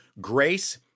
grace